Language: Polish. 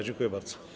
Dziękuję bardzo.